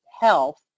health